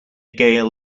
gael